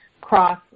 cross